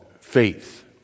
faith